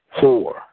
four